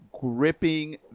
gripping